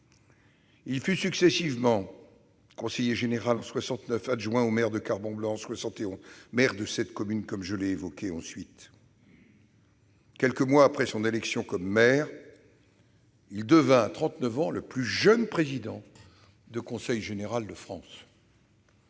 Il fut successivement conseiller général en 1969, adjoint au maire de Carbon-Blanc en 1971, puis, comme je l'ai évoqué, maire de cette commune. Quelques mois après son élection comme maire, il devint, à 39 ans, le plus jeune président de conseil général de France.